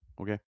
Okay